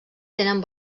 tenen